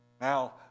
Now